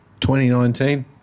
2019